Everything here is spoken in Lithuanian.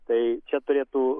tai čia turėtų